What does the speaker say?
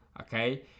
okay